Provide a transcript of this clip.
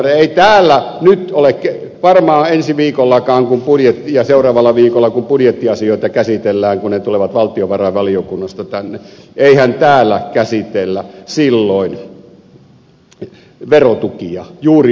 eihän täällä nyt varmaan ensi viikolla ja seuraavalla viikolla kun budjettiasioita käsitellään kun ne tulevat valtiovarainvaliokunnasta tänne käsitellä silloin verotukia juuri ollenkaan